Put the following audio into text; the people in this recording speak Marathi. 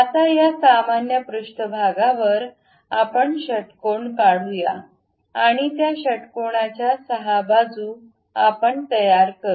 आता या सामान्य पृष्ठभागावर आपण षटकोण काढूया आणि त्या षटकोनाच्या 6 बाजू आपण तयार करू